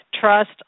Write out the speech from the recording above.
trust